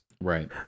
Right